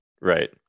Right